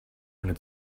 eine